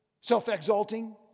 self-exalting